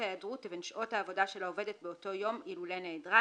ההיעדרות ובין שעות העבודה של העובדת באותו יום אילולא נעדרה."